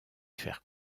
faire